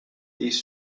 these